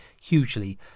hugely